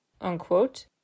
Unquote